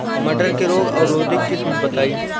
मटर के रोग अवरोधी किस्म बताई?